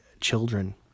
children